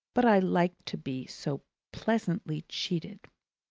but i liked to be so pleasantly cheated.